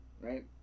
right